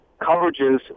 coverages